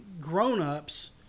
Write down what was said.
grown-ups